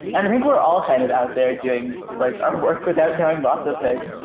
and think we're all kind of out there doing like our work without knowing lots of things.